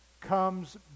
comes